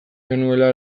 genuela